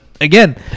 again